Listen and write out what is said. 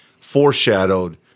foreshadowed